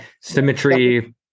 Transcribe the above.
symmetry